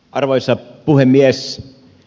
arvoisa puhemies